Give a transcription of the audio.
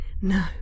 No